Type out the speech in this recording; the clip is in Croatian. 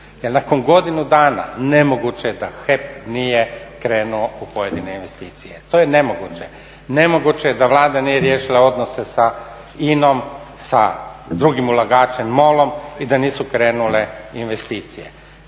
nakon godinu dana nemoguće je da HEP nije krenuo u pojedine investicije. To je nemoguće. Nemoguće je da Vlada nije riješila odnose sa INA-om, sa drugim ulagačem MOL-om i da nisu krenule investicije.